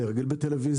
אני רגיל בטלוויזיה,